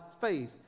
faith